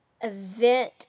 event